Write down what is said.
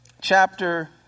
chapter